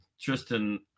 Tristan